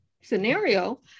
scenario